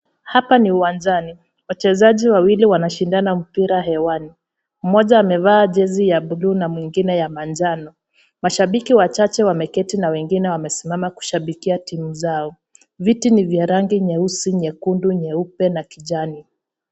Hapa ni uwanjani. Wachezaji wawili wanashindana mpira hewani. Mmoja amevaa jezi ya blue na mwingine ya manjano. Mashabiki wachache wameketi na wengine wamesimama kushabikia timu zao. Viti ni vya rangi nyeusi, nyekundu, nyeupe na kijani.